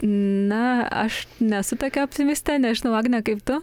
na aš nesu tokia optimistė nežinau agne kaip tu